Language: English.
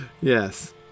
Yes